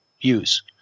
use